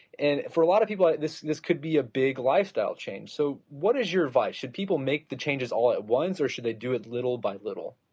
and for a lot of people, this this could be a big lifestyle change. so what is your advice, should people make the changes all at once or should they do it little by little?